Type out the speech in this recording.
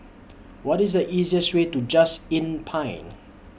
What IS The easiest Way to Just Inn Pine